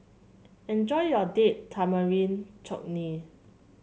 enjoy your Date Tamarind Chutney